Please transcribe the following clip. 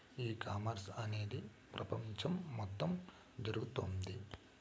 ఈ కామర్స్ అనేది ప్రపంచం మొత్తం జరుగుతోంది